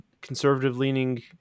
conservative-leaning